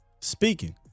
speaking